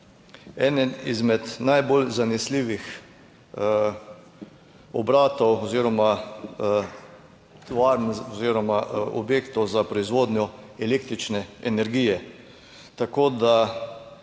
eden izmed najbolj zanesljivih obratov oziroma tovarn oziroma objektov za proizvodnjo električne energije. Tako da